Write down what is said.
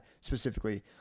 specifically